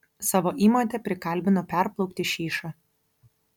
savo įmotę prikalbino perplaukti šyšą